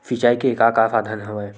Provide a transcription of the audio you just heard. सिंचाई के का का साधन हवय?